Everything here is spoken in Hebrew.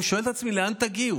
אני שואל את עצמי: לאן תגיעו?